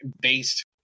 based